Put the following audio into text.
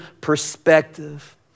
perspective